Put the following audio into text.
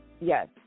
yes